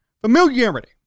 Familiarity